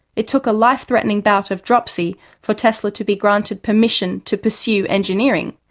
it took a life-threatening bout of dropsy for tesla to be granted permission to pursue engineering,